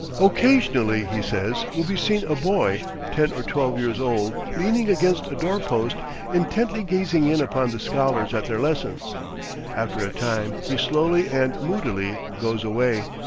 occasionally, he says, will be seen a boy, ten or twelve years old, leaning against a door-post intently gazing in upon the scholars at their lessons after a time he slowly and moodily goes away.